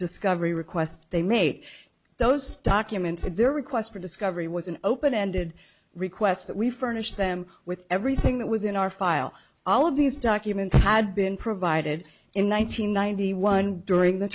discovery request they made those documents and their requests for discovery was an open ended request that we furnish them with everything that was in our file all of these documents had been provided in one nine hundred ninety one during the